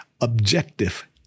objective